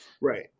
Right